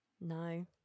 No